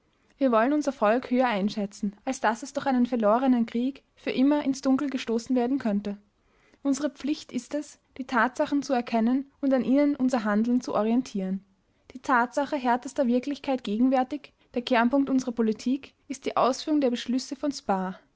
wir wollen unser volk höher einschätzen als daß es durch einen verlorenen krieg für immer ins dunkel gestoßen werden könnte unsere pflicht ist es die tatsachen zu erkennen und an ihnen unser handeln zu orientieren die tatsache härtester wirklichkeit gegenwärtig der kernpunkt unserer politik ist die ausführung der beschlüsse von spaa